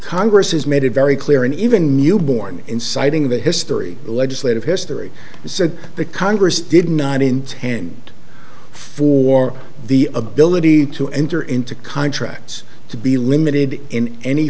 congress has made it very clear and even newborn inciting the history legislative history said the congress did not intend for the ability to enter into contracts to be limited in any